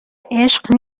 عشق